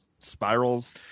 spirals